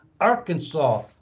Arkansas